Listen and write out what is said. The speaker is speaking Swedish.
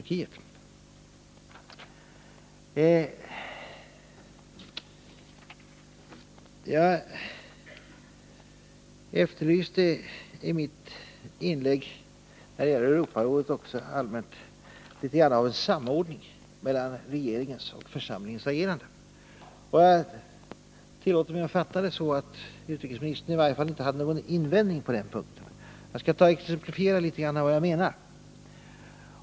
I mitt inlägg efterlyste jag också allmänt när det gäller Europarådet något litet av en samordning mellan regeringen och församlingens agerande. Jag tillåter mig fatta utrikesministerns svar så att utrikesministern i varje fall inte hade någon invändning på den punkten. Jag skall exemplifiera litet grand vad jag menar.